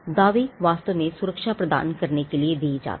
दावे वास्तव में सुरक्षा प्रदान करने के लिए किए जाते हैं